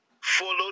follow